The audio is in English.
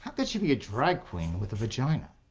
how could she be a drag queen with a vagina?